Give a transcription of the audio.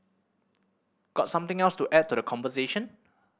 got something else to add to the conversation